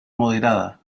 moderada